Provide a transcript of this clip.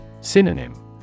Synonym